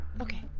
Okay